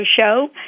show